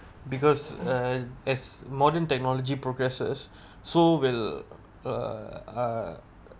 because uh as modern technology progresses so will uh uh